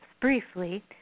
briefly